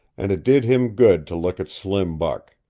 and it did him good to look at slim buck.